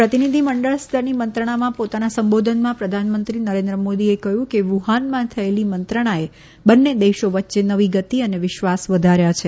પ્રતિનીધી મંડળ સ્તરની મંત્રણામાં પોતાના સંબોધનમાં પ્રધાનમંત્રી નરેન્દ્ર મોદીએ કહ્યું કે વુહાનમાં થયેલી મંત્રણાએ બંને દેશો વચ્ચે નવી ગતિ અને વિશ્વાસ વધાર્યા છે